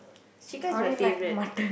chicken is my favourite